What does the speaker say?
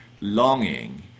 longing